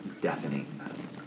deafening